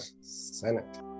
senate